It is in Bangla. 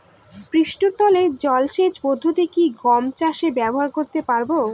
পৃষ্ঠতল জলসেচ পদ্ধতি কি গম চাষে ব্যবহার করতে পারব?